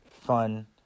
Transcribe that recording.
fun